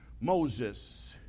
Moses